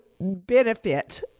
benefit